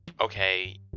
okay